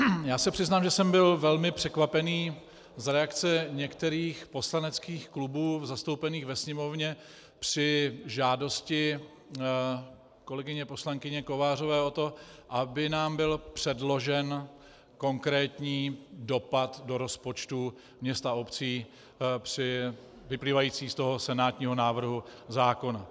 Já se přiznám, že jsem byl velmi překvapený z reakce některých poslaneckých klubů zastoupených ve Sněmovně při žádosti kolegyně poslankyně Kovářové o to, aby nám byl předložen konkrétní dopad do rozpočtu měst a obcí vyplývající ze senátního návrhu zákona.